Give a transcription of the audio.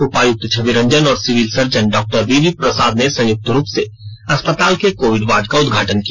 उपायुक्त छवि रंजन और civil surgeon डा वीबी प्रसाद ने संयुक्त रूप से अस्पताल के कोविड वार्ड का उद्घाटन किया